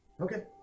Okay